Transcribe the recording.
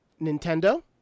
Nintendo